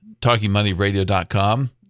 talkingmoneyradio.com